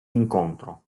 incontro